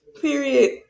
Period